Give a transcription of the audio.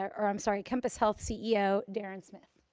or, i'm sorry, compass health ceo, darren smith.